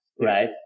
right